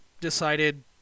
decided